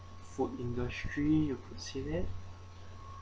food industry of the senior